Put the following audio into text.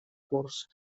curts